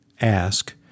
ask